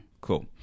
cool